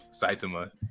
Saitama